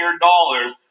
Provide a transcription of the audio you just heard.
dollars